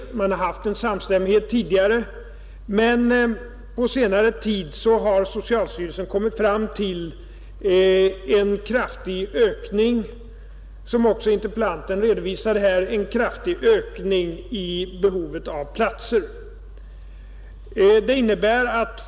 Man har haft en samstämmighet tidigare, men på senare tid har socialstyrelsen — som också interpellanten redovisade här — konstaterat en kraftig ökning av behovet av platser.